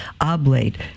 oblate